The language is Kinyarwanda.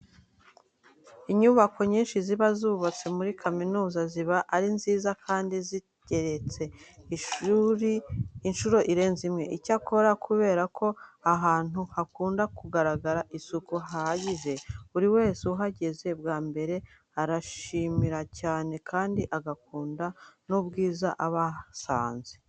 Inyubako nyinshi ziba zubatse muri kaminuza ziba ari nziza kandi zigeretse inshuro irenze imwe. Icyakora kubera ko aha hantu hakunda kugaragara isuku ihagije, buri wese uhageze bwa mbere arahishimira cyane kandi agakunda n'ubwiza aba ahasanze.